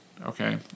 okay